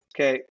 Okay